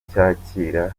cyakira